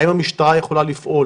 האם המדינה יכולה לפעול